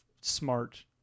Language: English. smart